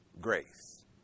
Grace